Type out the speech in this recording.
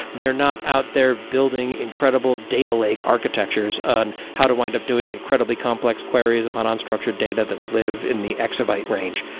they're not out there building incredible data lake architectures on how to wind up doing incredibly complex queries upon unstructured data that lives in the exabyte range.